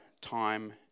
time